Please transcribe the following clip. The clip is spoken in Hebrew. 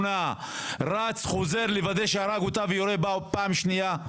רץ וחוזר לוודא הריגה ויורה בה פעם שנייה.